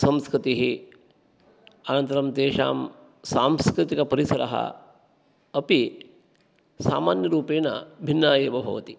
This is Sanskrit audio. संस्कृतिः अनन्तरं तेषां सांकृतिकपरिसरः अपि सामान्यरूपेण भिन्नः एव भवति